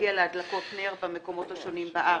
להגיע להדלקות נר במקומות השונים בארץ.